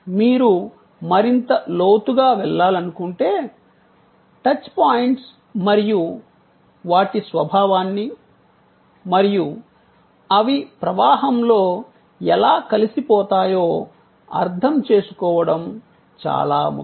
మీరు మరింత లోతుగా వెళ్లాలనుకుంటే టచ్ పాయింట్స్ మరియు వాటి స్వభావాన్ని మరియు అవి ప్రవాహంలో ఎలా కలిసిపోతాయో అర్థం చేసుకోవడం చాలా ముఖ్యం